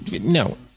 No